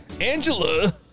Angela